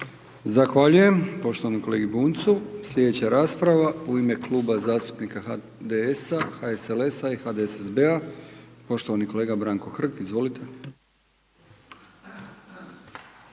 Zahvaljujem poštovanom kolegi Bunjcu. Slijedeća rasprava u ime Kluba zastupnika HDS-a, HSLS-a i HDSSB-a, poštovani kolega Branko Hrg, izvolite.